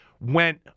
went